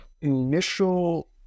initial